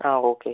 ആ ഓക്കെ